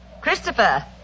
Christopher